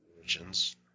Origins